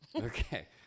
Okay